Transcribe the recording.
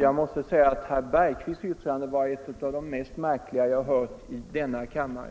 Herr talman! Herr Bergqvists yttrande var ett av de märkligaste jag hört i denna kammare.